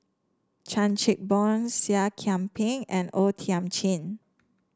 Chan Chin Bock Seah Kian Peng and O Thiam Chin